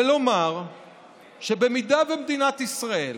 ולומר שבמידה שמדינת ישראל